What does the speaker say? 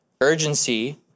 Urgency